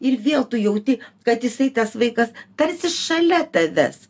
ir vėl tu jauti kad jisai tas vaikas tarsi šalia tavęs